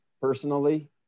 personally